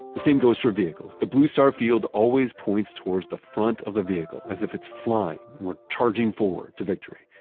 the same goes for vehicles. the blue star field always points towards the front of the vehicle, as if it's flying and we're charging forward to victory.